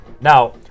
Now